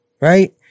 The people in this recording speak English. Right